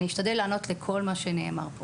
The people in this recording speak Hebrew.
אני אשתדל לענות לכל מה שנאמר.